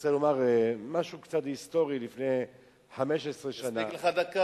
רוצה לומר משהו קצת היסטורי, לפני 15 שנה.